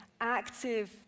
active